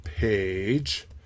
page